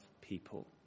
people